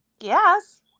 Yes